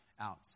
out